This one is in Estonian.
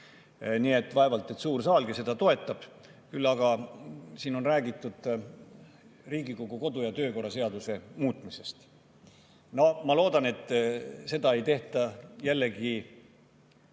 Nii et vaevalt et suur saalgi seda toetab. Küll aga on siin räägitud Riigikogu kodu‑ ja töökorra seaduse muutmisest. Ma loodan, et seda ei tehta jällegi